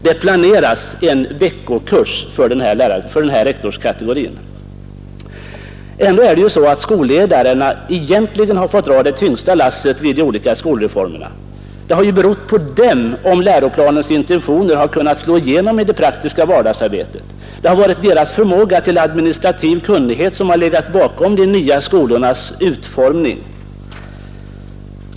Det planeras en veckokurs för den här rektorskategorin. Ändå är det ju egentligen skolledarna som har fått dra det tyngsta lasset vid de olika skolreformernas genomförande. Det har berott på dem om läroplanens intentioner kunnat slå igenom i det praktiska vardagsarbetet. Det har varit deras förmåga till administrativ kunnighet som har legat bakom de nya skolornas utformning.